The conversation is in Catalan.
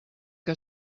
que